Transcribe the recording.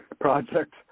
project